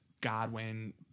Godwin